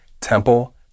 temple